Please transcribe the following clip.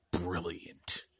brilliant